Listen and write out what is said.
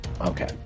Okay